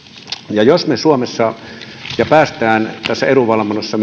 ja jos me suomessa pääsemme tässä edunvalvonnassa